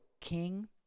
king